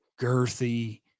girthy